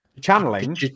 channeling